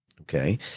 Okay